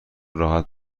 راحت